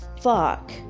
fuck